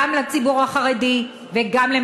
יש לי הערכה רבה גם לציבור החרדי גם למנהיגיו.